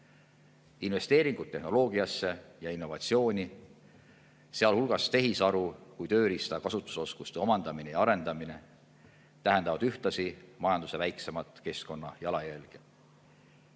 Investeeringud tehnoloogiasse ja innovatsiooni, sealhulgas tehisaru kui tööriista kasutusoskuste omandamine ja arendamine, tähendavad ühtlasi majanduse väiksemat keskkonnajalajälge.